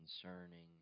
concerning